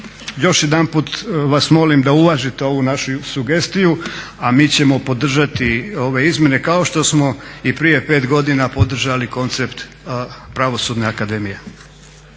još jedanput vas molim da uvažite ovu našu sugestiju a mi ćemo podržati ove izmjene kao što smo i prije pet godina podržali koncept Pravosudne akademije.